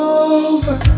over